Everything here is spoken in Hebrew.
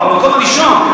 במקום הראשון.